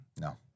No